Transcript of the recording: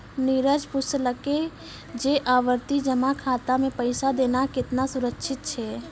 नीरज पुछलकै जे आवर्ति जमा खाता मे पैसा देनाय केतना सुरक्षित छै?